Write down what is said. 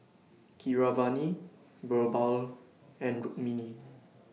Keeravani Birbal and Rukmini